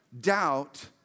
doubt